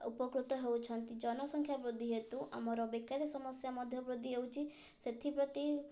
ଉପକୃତ ହେଉଛନ୍ତି ଜନସଂଖ୍ୟା ବୃଦ୍ଧି ହେତୁ ଆମର ବେକାରୀ ସମସ୍ୟା ମଧ୍ୟ ବୃଦ୍ଧି ହେଉଛି ସେଥିପ୍ରତି